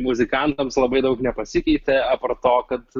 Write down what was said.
muzikantams labai daug nepasikeitė apart to kad